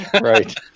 right